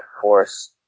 force